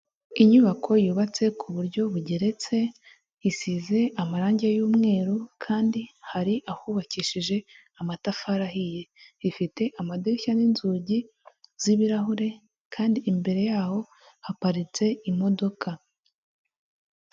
Inyubako yubatse ku buryo bugeretse, isize amarangi y'umweru, kandi hari ahubakishije amatafari ahiye, ifite amadirishya n'inzugi z'ibirahure, kandi imbere yaho haparitse imodoka.